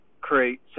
create